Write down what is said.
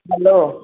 hello